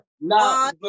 now